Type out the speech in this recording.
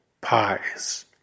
Pies